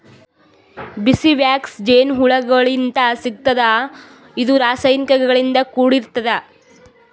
bees wax ಜೇನಹುಳಗೋಳಿಂತ್ ಸಿಗ್ತದ್ ಇದು ರಾಸಾಯನಿಕ್ ಗಳಿಂದ್ ಕೂಡಿರ್ತದ